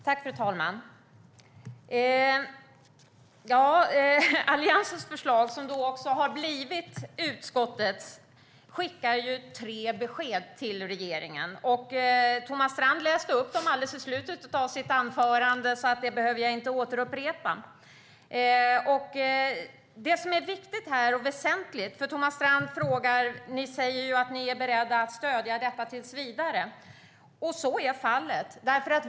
Fru talman! Alliansens förslag, som har blivit utskottets förslag, skickar tre besked till regeringen. Thomas Strand läste upp dem i slutet av sitt anförande, och jag behöver därför inte upprepa dem. Det finns något här som är viktigt och väsentligt. Thomas Strand säger att ni är beredda att stödja förslaget tills vidare. Så är fallet.